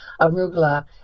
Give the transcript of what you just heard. arugula